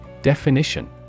Definition